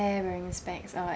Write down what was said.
wearing specs alright